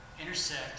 intersect